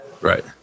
Right